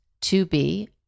to-be